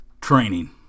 training